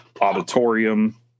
auditorium